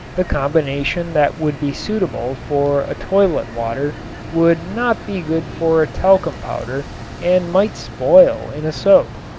the combination that would be suitable for a toilet water would not be good for a talcum powder and might spoil in a soap.